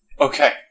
Okay